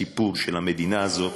הסיפור של המדינה הזאת,